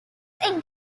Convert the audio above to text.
and